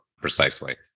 precisely